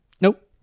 nope